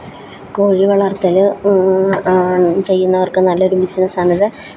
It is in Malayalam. കോഴി വളർത്തല് ചെയ്യുന്നവർക്ക് നല്ലൊരു ബിസിനസാണിത്